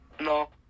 No